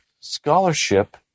scholarship